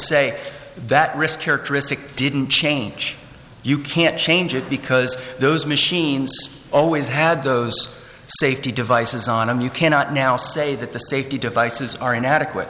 say that risk characteristic didn't change you can't change it because those machines always had those safety devices on him you cannot now say that the safety devices are inadequate